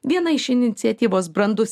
viena iš iniciatyvos brandus